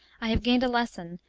i have gained a lesson,